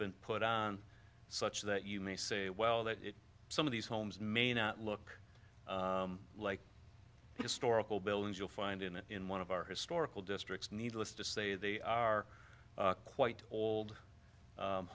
been put on such that you may say well that some of these homes may not look like historical buildings you'll find in a in one of our historical districts needless to say they are quite old